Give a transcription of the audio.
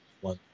one